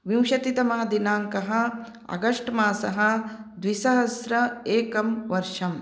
विंशतितमः दिनाङ्कः आगस्ट् मासः द्विसहस्र एकं वर्षम्